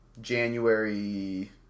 January